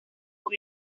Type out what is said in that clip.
por